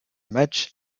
match